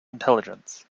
intelligence